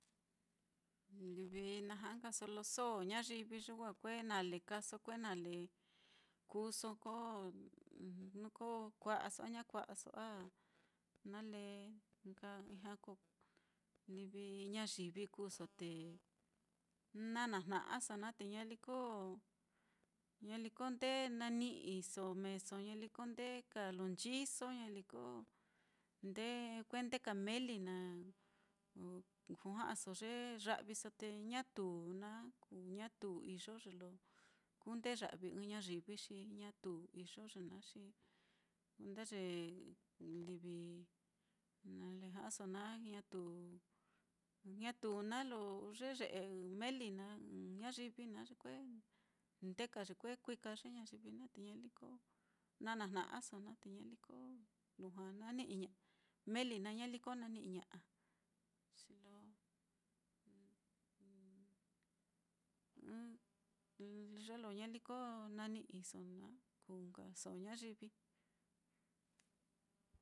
Livi na ja'a nkaso lo so ñayivi ye wa kue nale kaaso, kuuso ko jnu ko kua'aso a ña kua'aso, a nale nka ijña ko livi ñayivi kuuso te naá na jna'aso naá, te ñaliko ñaliko ndee nani'iso meeso, ñaliko ndee ka lo nchiso, ñaliko ndee, kue ndee ka meeli na kuja'aso ye ya'viso te ñatu na ñatu na iyo ye lo kunde'ya'vi ɨ́ɨ́n ñayivi xi ñatu iyo ye naá, xi kuenda ye livi nale ja'aso naá, ñatu naá lo yee ye'e meeli naá, ɨ́ɨ́n ñayivi naá, ye kue ndee ka ye kue kuika ye ñayivi naá te ñaliko na na jna'aso naá, te ñaliko lujua na ni'i ña'ai, meeli naá, ñaliko nani'i ña'a, xi lo ɨ́ɨ́n ye lo ñaliko na ni'iso naá kuu nkaso ñayivi.